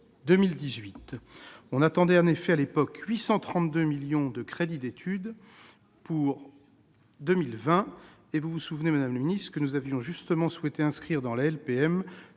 2018. On attendait en effet à l'époque 832 millions de crédits pour les études amont en 2020. Vous vous souvenez, madame la ministre, que nous avions justement souhaité inscrire cette